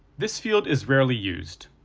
this field is rarely used,